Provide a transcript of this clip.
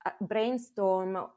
brainstorm